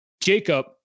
Jacob